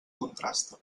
contrasta